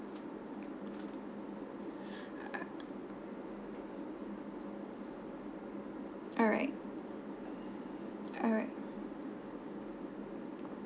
alright alright